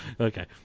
okay